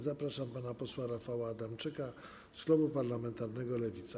Zapraszam pana posła Rafała Adamczyka z klubu parlamentarnego Lewica.